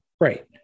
Right